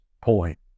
point